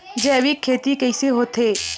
जैविक खेती कइसे होथे?